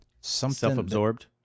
Self-absorbed